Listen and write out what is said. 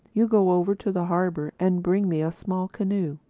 you go over to the harbor and bring me a small canoe.